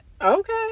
Okay